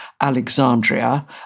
Alexandria